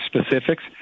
specifics